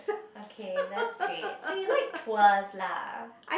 okay that's great so you like tours lah